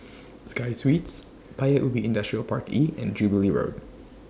Sky Suites Paya Ubi Industrial Park E and Jubilee Road